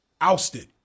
ousted